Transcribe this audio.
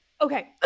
Okay